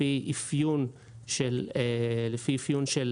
לפי אפיון של לקוח,